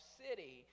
city